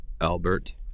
Albert